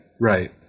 right